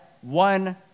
One